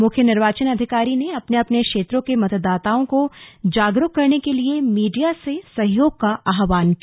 मुख्य निर्वाचन अधिकारी ने अपने अपने क्षेत्रों के मतदाताओं को जागरूक करने के लिए मीडिया से सहयोग का आहवान किया